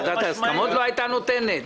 ועדת ההסכמות לא הייתה נותנת?